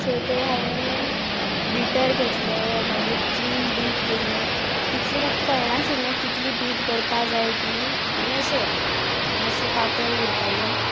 so तें हांवें beater घेतलो मागीर क्रिम बीट केली तितलें म्हाका कळनाशिल्लें कितली बीट करपा जाय ती म्हणल्यार अशें मातशी पातळ उरताली